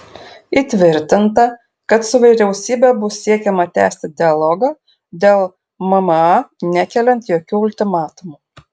įtvirtinta kad su vyriausybe bus siekiama tęsti dialogą dėl mma nekeliant jokių ultimatumų